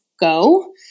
go